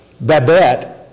Babette